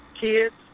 kids